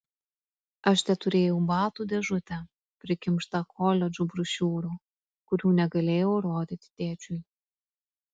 aš teturėjau batų dėžutę prikimštą koledžų brošiūrų kurių negalėjau rodyti tėčiui